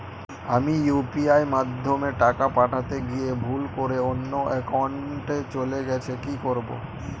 আমি ইউ.পি.আই মাধ্যমে টাকা পাঠাতে গিয়ে ভুল করে অন্য একাউন্টে চলে গেছে কি করব?